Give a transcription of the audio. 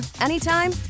anytime